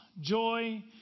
joy